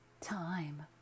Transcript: time